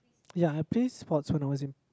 ya I play sports when I was in